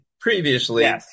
Previously